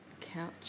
couch